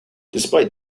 despite